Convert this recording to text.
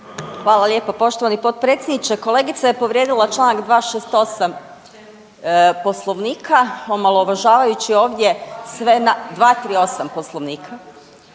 Hvala lijepo poštovani potpredsjedniče. Kolegica je povrijedila čl. 268. Poslovnika omalovažavajući ovdje sve 238. Poslovnika,